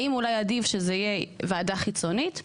האם אולי עדיף שזה יהיה ועדה חיצונית?